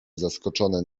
zaskoczone